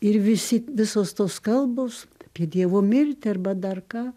ir visi visos tos kalbos apie dievo mirtį arba dar ką